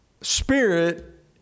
spirit